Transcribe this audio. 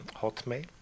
Hotmail